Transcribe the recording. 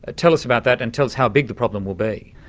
ah tell us about that, and tell us how big the problem will be.